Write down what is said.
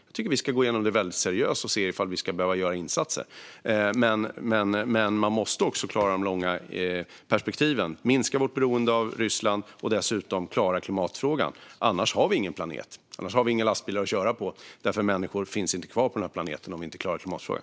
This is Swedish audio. Jag tycker att vi ska gå igenom dem väldigt seriöst och se om vi behöver göra insatser, men man måste också klara de långa perspektiven: minska vårt beroende av Ryssland och dessutom klara klimatfrågan. Annars har vi ingen planet. Annars har vi inga lastbilar att köra. Det kommer inte att finnas människor kvar på planeten om vi inte klarar klimatfrågan.